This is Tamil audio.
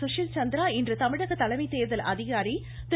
சுஷில் சந்திரா இன்று தமிழக தலைமை தேர்தல் அதிகாரி திரு